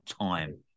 time